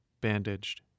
bandaged